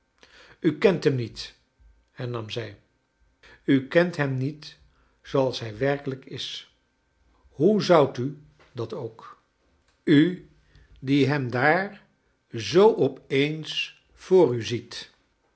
u kent hem niet hernam zij u kent hem niet zooals hij werkelijk is hoe zoudt u dat ook u die hem daar zoo op eens voor u ziet